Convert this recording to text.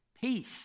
Peace